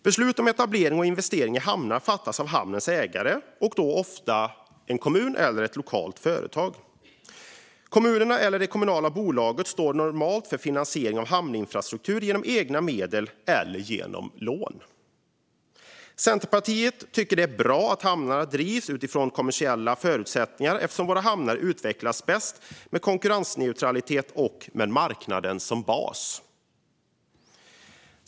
Beslut om etablering och investering i hamnar fattas av hamnens ägare, ofta en kommun eller ett lokalt företag. Kommunerna eller det kommunala bolaget står normalt för finansiering av hamninfrastruktur genom egna medel eller genom lån. Centerpartiet tycker att det är bra att hamnarna drivs utifrån kommersiella förutsättningar eftersom våra hamnar utvecklas bäst med konkurrensneutralitet och med marknaden som bas.